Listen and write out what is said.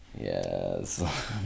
yes